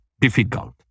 difficult